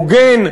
הוגן,